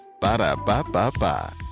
Ba-da-ba-ba-ba